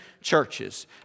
churches